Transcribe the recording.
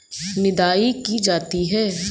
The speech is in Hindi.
निदाई की जाती है?